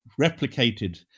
replicated